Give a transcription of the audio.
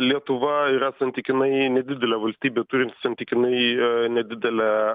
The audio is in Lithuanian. lietuva yra santykinai nedidelė valstybė turinti santykinai nedidelę